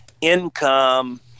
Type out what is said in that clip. income